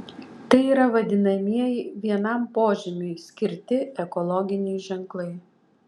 tai yra vadinamieji vienam požymiui skirti ekologiniai ženklai